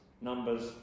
numbers